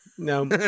No